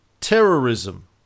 terrorism